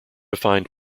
find